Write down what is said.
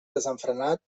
desenfrenat